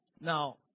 Now